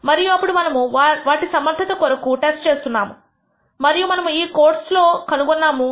మరియు అప్పుడు మనము వాటి సమర్ధత కొరకు టెస్ట్ చేసాము మరియు మనము ఈ కోర్సు కనుగొన్నాము